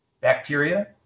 bacteria